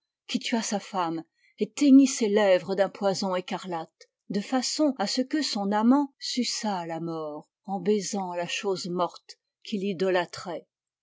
qui tua sa femme et teignit ses lèvres d'un poison écarlate de façon à ce que son amant suçât la mort en baisant la chose morte qu'il idolâtrait